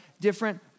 different